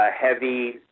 heavy